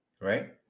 Right